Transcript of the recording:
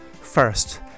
first